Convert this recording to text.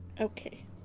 okay